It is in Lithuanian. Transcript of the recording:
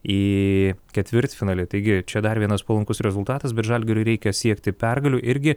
į ketvirtfinalį taigi čia dar vienas palankus rezultatas bet žalgiriui reikia siekti pergalių irgi